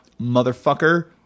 Motherfucker